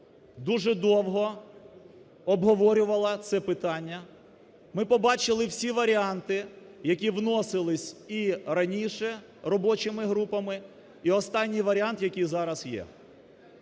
дуже довго обговорювала це питання. Ми побачили всі варіанти, які вносились і раніше робочими групами, і останній варіант, який зараз є.